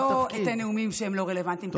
אני לא אתן נאומים לא רלוונטיים.